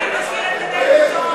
תתבייש אתה.